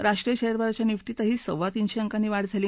राष्ट्रीय शेअर बाजाराच्या निफ्टीतही सव्वातीनशे अंकांनी वाढ झाली